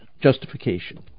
justification